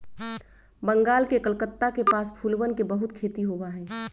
बंगाल के कलकत्ता के पास फूलवन के बहुत खेती होबा हई